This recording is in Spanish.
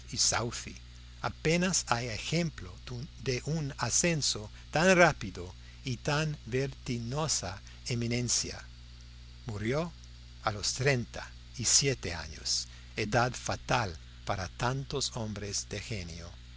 southey apenas hay ejemplo de un ascenso tan rápido a tan vertiginosa eminencia murió a los treinta y siete años edad fatal para tantos hombres de genio